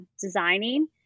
designing